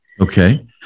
Okay